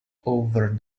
over